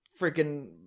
freaking